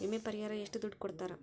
ವಿಮೆ ಪರಿಹಾರ ಎಷ್ಟ ದುಡ್ಡ ಕೊಡ್ತಾರ?